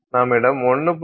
நம்மிடம் 1